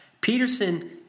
Peterson